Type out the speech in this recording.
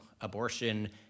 abortion